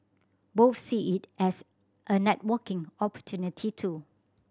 both see it as a networking opportunity too